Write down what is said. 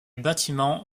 bâtiments